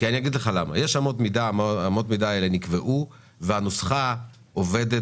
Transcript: רעננה ורמת השרון מקבלות אותו תקצוב כמו עפולה